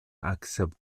accept